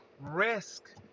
risk